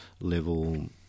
level